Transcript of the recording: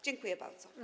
Dziękuję bardzo.